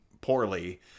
poorly